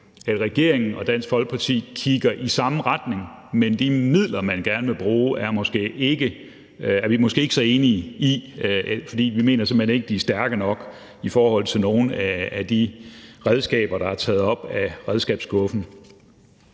at regeringen og Dansk Folkeparti kigger i samme retning, men de midler, regeringen gerne vil bruge, er vi måske ikke så enige i. Vi mener simpelt hen ikke, at de redskaber, der er taget op af redskabskassen,